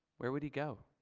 where would he go?